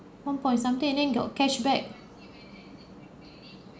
one point something and then got cash back